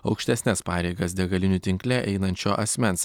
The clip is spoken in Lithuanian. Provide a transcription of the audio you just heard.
aukštesnes pareigas degalinių tinkle einančio asmens